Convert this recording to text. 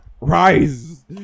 rise